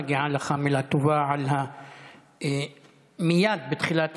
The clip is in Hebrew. מגיעה לך מילה טובה על כך שמייד בתחילת